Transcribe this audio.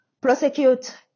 prosecute